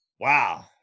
wow